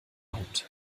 hund